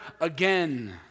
again